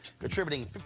contributing